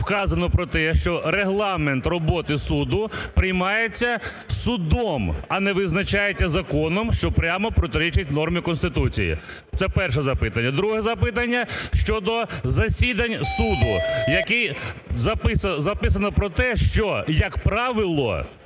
вказано про те, що регламент роботи суду приймається судом, а не визначається законом, що про прямо протирічить нормі Конституції. Це перше запитання. Друге запитання щодо засідань суду. Який… записано про те, що, як правило,